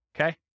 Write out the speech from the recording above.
Okay